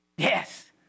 Yes